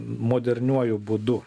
moderniuoju būdu